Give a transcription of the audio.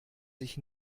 sich